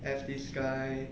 as this guy